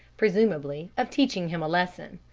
presumably, of teaching him a lesson.